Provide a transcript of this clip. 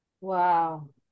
Wow